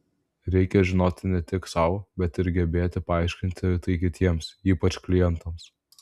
reikia žinoti ne tik sau bet ir gebėti paaiškinti tai kitiems ypač klientams